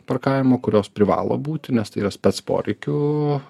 parkavimo kurios privalo būti nes tai yra spec poreikių